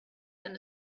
than